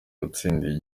watsindiye